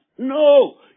No